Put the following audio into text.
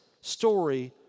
story